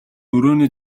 өрөөний